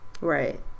Right